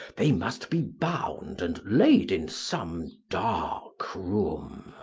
they must be bound, and laid in some dark room.